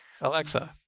Alexa